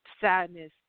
sadness